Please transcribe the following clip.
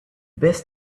best